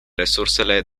resursele